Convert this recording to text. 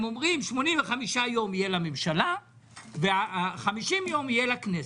הם אומרים: 85 יום יהיו לממשלה ו-50 יום יהיו לכנסת.